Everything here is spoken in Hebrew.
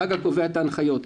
בהג"א קובעים את ההנחיות.